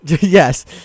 yes